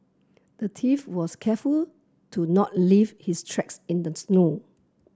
the thief was careful to not leave his tracks in the snow